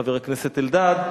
חבר הכנסת אלדד,